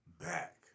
back